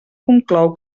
conclou